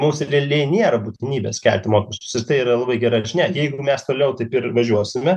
mums realiai nėra būtinybės kelti mokesčius ir tai yra labai gera žinia jeigu mes toliau taip ir važiuosime